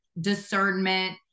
discernment